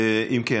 אם כן,